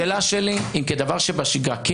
השאלה שלי היא אם זה דבר שבשגרה אתם עושים,